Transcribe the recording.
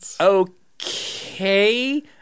okay